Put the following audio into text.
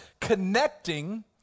connecting